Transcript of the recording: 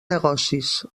negocis